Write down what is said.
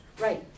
right